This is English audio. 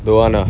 don't want ah